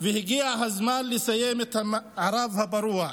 והגיע הזמן לסיים את המערב הפרוע.